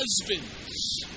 husbands